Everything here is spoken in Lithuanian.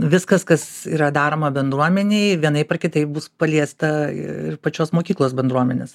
viskas kas yra daroma bendruomenei vienaip ar kitaip bus paliesta ir pačios mokyklos bendruomenės